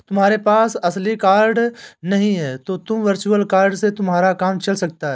तुम्हारे पास असली कार्ड नहीं है तो भी वर्चुअल कार्ड से तुम्हारा काम चल सकता है